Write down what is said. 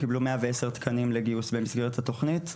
קיבלו 110 תקנים לגיוס במסגרת התוכנית,